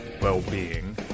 well-being